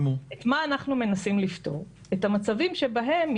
התוצאה להערכתי של המהלך שלכם היא שבעצם במקום להיות במצב שבו ברור